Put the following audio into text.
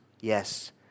yes